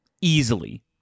Easily